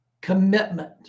commitment